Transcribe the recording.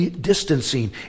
distancing